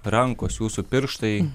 rankos jūsų pirštai